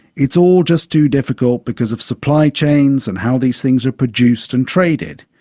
it's all just too difficult because of supply chains and how these things are produced and traded.